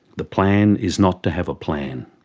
the plan is not to have a plan.